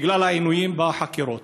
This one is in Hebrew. בגלל העינויים והחקירות.